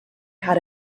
had